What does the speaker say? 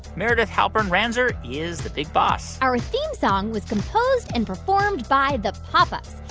meredith halpern-ranzer is the big boss our theme song was composed and performed by the pop ups.